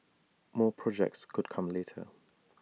more projects could come later